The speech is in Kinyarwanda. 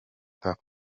tuff